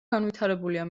განვითარებულია